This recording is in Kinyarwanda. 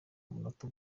manota